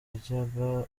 yaryaga